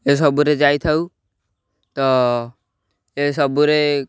ଏସବୁରେ ଯାଇଥାଉ ତ ଏସବୁରେ